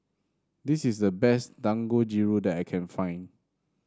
this is the best Dangojiru that I can find